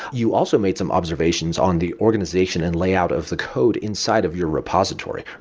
you also made some observations on the organization and layout of the code inside of your repository,